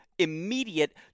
immediate